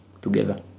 together